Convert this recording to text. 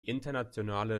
internationale